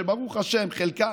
שברוך השם חלקם,